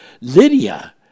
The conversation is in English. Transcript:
Lydia